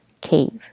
cave